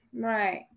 Right